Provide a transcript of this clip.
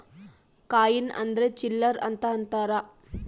coin ಅಂದ್ರ ಚಿಲ್ಲರ್ ಅಂತ ಅಂತಾರ